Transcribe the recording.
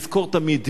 לזכור תמיד,